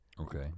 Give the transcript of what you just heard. Okay